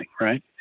Right